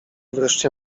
wreszcie